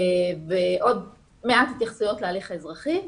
ועוד מעט התייחסויות להליך האזרחי.